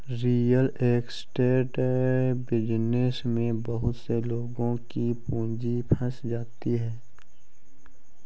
real estate business में बहुत से लोगों की पूंजी फंस जाती है